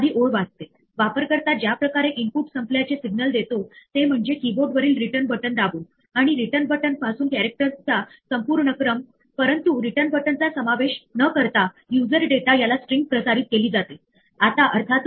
आपल्याला एक सामान्य परिस्थिती उद्भवते ज्याप्रकारे आपण आपल्या प्रोग्राम रन करू इच्छिता आणि नंतर कधीकधी एखादी अपवादात्मक परिस्थिती उद्भवते जिथे काही तरी चुकीचे घडते आणि आपण पण या अपवादात्मक परिस्थितीला हाताळण्यासाठी एक योजना प्रदान करतो आणि यालाच एक्सेप्शन हॅण्डलिंग असे म्हणतात